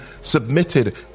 submitted